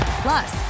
Plus